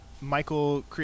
Michael